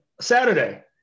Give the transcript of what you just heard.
Saturday